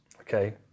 Okay